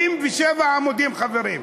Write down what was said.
57 עמודים, חברים.